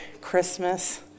Christmas